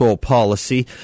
policy